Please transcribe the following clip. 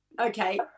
Okay